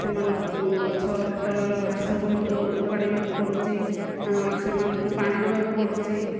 ସେମାନଙ୍କର ଗଛ ତଳର ଘାସକୁ ମୋତେ ଓପାଡ଼ିବାକୁ ପଡ଼ୁଛି ସେମାନଙ୍କୁ ପାଣି ଦେବାକୁ ପଡ଼ୁଛି